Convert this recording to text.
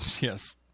Yes